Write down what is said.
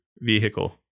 vehicle